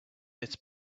its